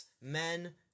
men